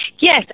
Yes